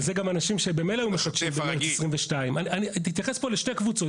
אבל זה אנשים שממילא היו מחדשים במרץ 22'. תתייחס לשתי קבוצות.